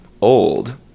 old